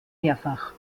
mehrfach